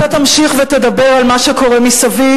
אתה תמשיך ותדבר על מה שקורה מסביב,